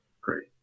Great